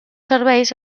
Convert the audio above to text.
serveis